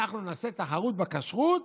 אנחנו נעשה תחרות בכשרות,